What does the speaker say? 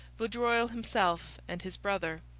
vaudreuil himself, and his brother.